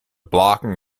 blocking